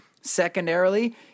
Secondarily